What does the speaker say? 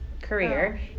career